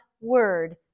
word